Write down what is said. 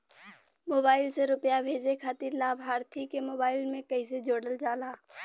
Mobile से रूपया भेजे खातिर लाभार्थी के मोबाइल मे कईसे जोड़ल जाला?